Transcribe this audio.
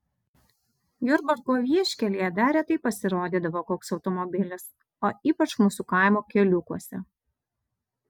jurbarko vieškelyje dar retai pasirodydavo koks automobilis o ypač mūsų kaimo keliukuose